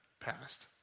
passed